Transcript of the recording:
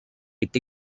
est